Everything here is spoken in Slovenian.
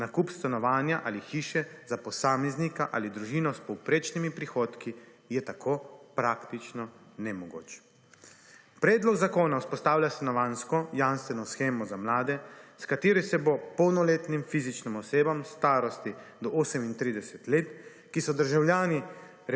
Nakup stanovanja ali hiše za posameznika ali družino s povprečnimi prihodki je tako praktično nemogoč. Predlog zakona vzpostavlja stanovanjsko jamstveno shemo za mlade, s katero se bo polnoletnim fizičnim osebam v starosti do 38 let, ki so državljani